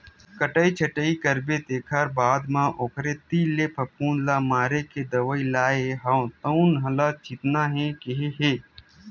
कटई छटई करबे तेखर बाद म ओखरे तीर ले फफुंद ल मारे के दवई लाने हव तउने ल छितना हे केहे हे